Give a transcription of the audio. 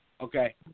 Okay